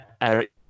Eric